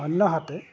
অন্যহাতে